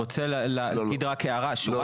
אבל פה אתה עושה חתיכת שינוי משמעותי במצב הקיים,